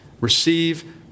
receive